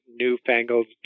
newfangled